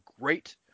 great